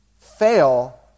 fail